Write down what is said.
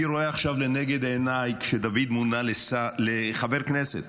אני רואה עכשיו לנגד עיניי, כשדוד מונה לחבר כנסת